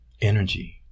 Energy